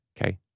okay